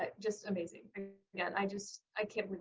ah just amazing, and yeah i just i can't.